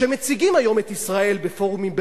כשמציגים היום את ישראל בפורומים בין-לאומיים,